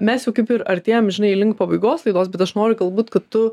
mes jau kaip ir artėjam žinai link pabaigos laidos bet aš noriu galbūt kad tu